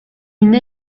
une